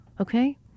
Okay